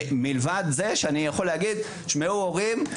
מלבד זה שאני יכול להגיד תשמעו הורים,